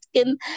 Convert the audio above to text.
skin